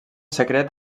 secret